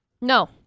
No